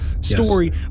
story